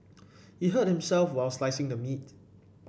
he hurt himself while slicing the meat